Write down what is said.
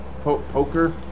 poker